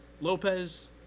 Lopez